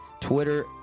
Twitter